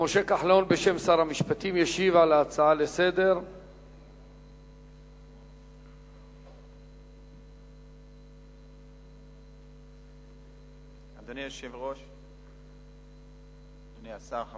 משה כחלון ישיב על ההצעה לסדר-היום בשם שר המשפטים.